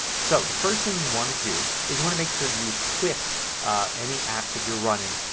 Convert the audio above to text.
so the first thing you want to do, is you want to make sure you quit any apps that you're running,